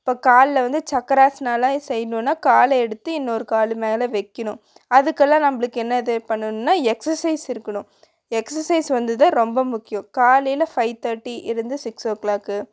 இப்போ காலில் வந்து சக்கராஸ்னாலாம் செய்யணுன்னா காலை எடுத்து இன்னொரு கால் மேலே வைக்கிணும் அதுக்கெல்லாம் நம்மளுக்கு என்ன தேவைப்படுன்னா எக்ஸசைஸ் இருக்கணும் எக்ஸசைஸ் வந்து தான் ரொம்ப முக்கியம் காலையில் ஃபைவ் தேர்ட்டி இருந்து சிக்ஸ் ஓ கிளாக்கு